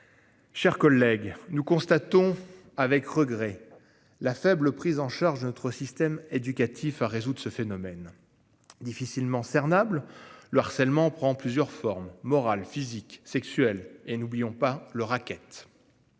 Chers collègues, nous constatons avec regret la faible prise en charge de notre système éducatif à résoudre ce phénomène. Difficilement cernable. Le harcèlement prend plusieurs formes moral, physique sexuelle et n'oublions pas le racket.